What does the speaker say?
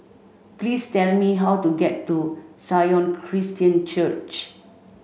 please tell me how to get to Sion Christian Church